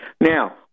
now